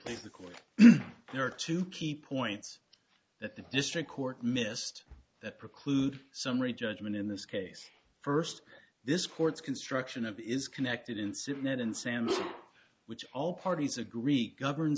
court there are two key points that the district court missed that preclude summary judgment in this case first this court's construction of is connected in cement and sand which all parties agree govern